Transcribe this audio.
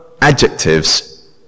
adjectives